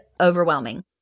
overwhelming